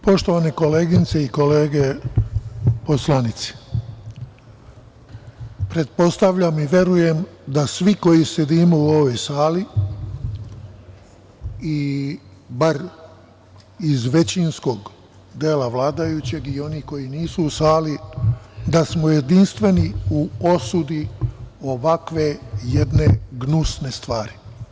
Poštovane koleginice i kolege poslanici, pretpostavljam i verujem da svi koji sedimo u ovoj sali, bar iz većinskog dela vladajućeg i oni koji nisu u sali, da smo jedinstveni u osudi ovakve jedne gnusne stvari.